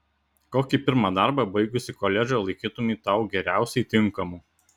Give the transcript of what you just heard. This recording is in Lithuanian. kokį pirmą darbą baigusi koledžą laikytumei tau geriausiai tinkamu